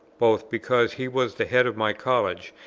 both because he was the head of my college,